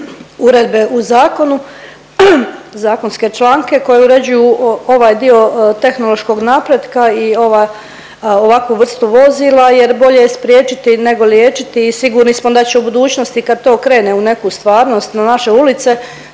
uredbe u zakonu, zakonske članke koji uređuju ovaj dio tehnološkog napretka i ovaj, ovakvu vrstu vozila jer bolje je spriječiti nego liječiti i sigurni smo da će u budućnosti kad to krene u neku stvarnost na naše ulice,